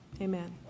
amen